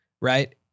right